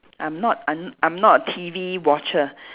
I'm not I'm I'm not a T_V watcher